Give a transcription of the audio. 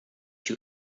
you